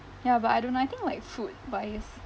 ya but I don't know I think like food wise